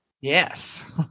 Yes